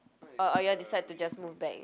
or or you all decide to just move back